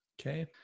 Okay